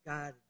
God